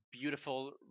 Beautiful